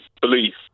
belief